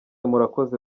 murakoze